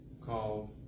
called